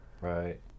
Right